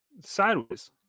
Sideways